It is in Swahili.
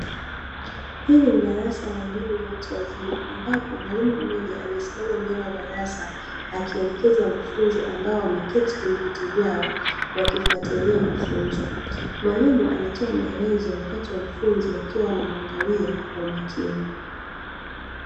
Hili ni darasa la elimu ya watu wazima, ambapo mwalimu mmoja amesimama mbele ya darasa, akielekeza wanafunzi ambao wameketi kwenye viti vyao wakifutilia mafunzo, mwalimu anatoa maelezo wakati wanafunzi wakiwa wanamuangalia kwa umakini.